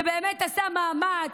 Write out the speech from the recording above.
שבאמת עשה מאמץ.